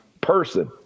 person